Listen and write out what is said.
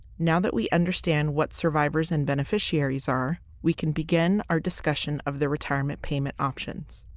now that we understand what survivors and beneficiaries are, we can begin our discussion of the retirement payment options.